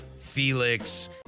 Felix